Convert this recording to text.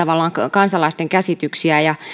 kansalaisten käsityksiä ja